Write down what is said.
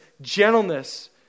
gentleness